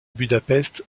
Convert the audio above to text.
budapest